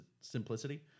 simplicity